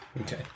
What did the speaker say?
Okay